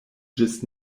ĝis